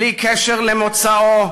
בלי קשר למוצאו,